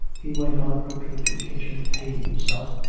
he went on quickly to the kitchen, hating himself,